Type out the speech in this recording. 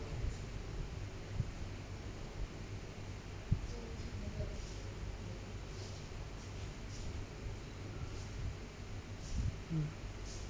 mm